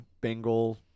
Bengal